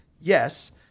Yes